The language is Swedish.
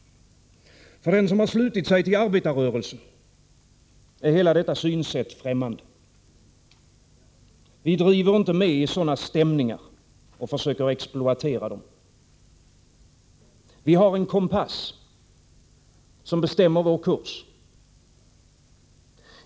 För den som har anslutit sig till arbetarrörelsen är hela detta synsätt främmande. Vi driver inte med i sådana strömningar och försöker inte exploatera dem. Vi har en kompass som bestämmer vår kurs.